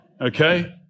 Okay